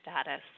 status